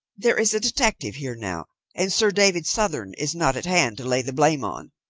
there is a detective here now and sir david southern is not at hand to lay the blame on.